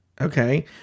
Okay